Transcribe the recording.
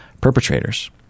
perpetrators